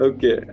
Okay